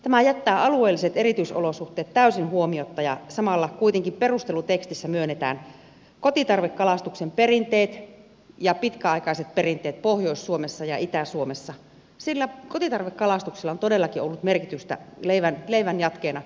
tämä jättää alueelliset erityisolosuhteet täysin huomiotta ja samalla kuitenkin perustelutekstissä myönnetään kotitarvekalastuksen pitkäaikaiset perinteet pohjois suomessa ja itä suomessa sillä kotitarvekalastuksella on todellakin ollut merkitystä leivän jatkeena